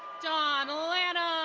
don lanam.